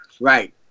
Right